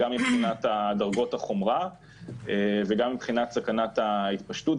גם מבחינת דרגות החומרה וגם מבחינת סכנת ההתפשטות.